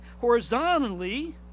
horizontally